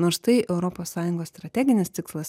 nors tai europos sąjungos strateginis tikslas